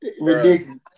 Ridiculous